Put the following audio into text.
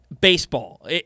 Baseball